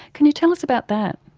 can you tell us about that?